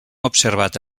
observat